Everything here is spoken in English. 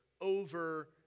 over